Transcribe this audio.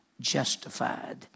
justified